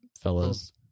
fellas